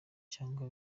cyangwa